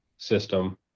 system